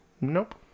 Nope